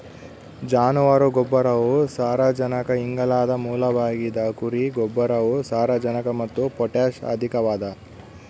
ಜಾನುವಾರು ಗೊಬ್ಬರವು ಸಾರಜನಕ ಇಂಗಾಲದ ಮೂಲವಾಗಿದ ಕುರಿ ಗೊಬ್ಬರವು ಸಾರಜನಕ ಮತ್ತು ಪೊಟ್ಯಾಷ್ ಅಧಿಕವಾಗದ